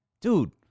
Dude